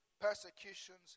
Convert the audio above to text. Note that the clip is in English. persecutions